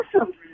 awesome